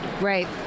right